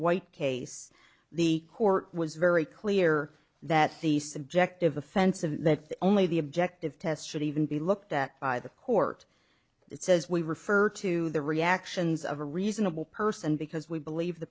white case the court was very clear that the subject of offensive and that only the objective test should even be looked at by the court it says we refer to the reactions of a reasonable person because we believe the